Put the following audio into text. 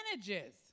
advantages